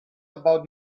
about